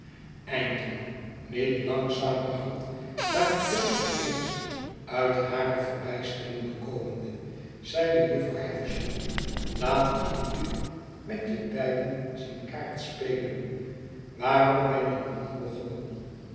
eindelijk niet langzamerhand maar geheel op eens uit hare verbijstering bekomende zeide jufvrouw havisham laat ik je met je beiden zien kaartspelen waarom ben je nog niet begonnen